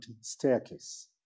staircase